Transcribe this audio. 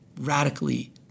radically